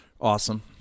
Awesome